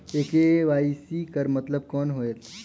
ये के.वाई.सी कर मतलब कौन होएल?